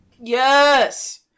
Yes